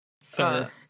sir